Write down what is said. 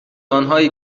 آنهایی